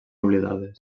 oblidades